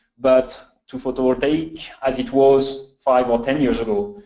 but to photovoltaic as it was five or ten years ago.